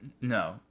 no